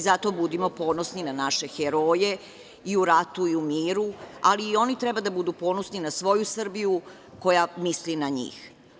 Zato budimo ponosni na naše heroje i u ratu i u miru, ali i oni treba da budu ponosni na svoju Srbiju koja misli na njih.